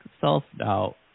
self-doubt